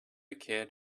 kid